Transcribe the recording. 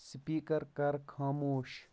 speaker کَر خاموش